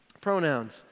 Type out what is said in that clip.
Pronouns